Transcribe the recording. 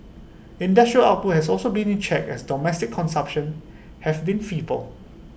industrial output has also been in check as domestic consumption has been feeble